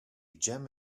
gem